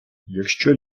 якщо